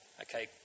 Okay